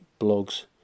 blogs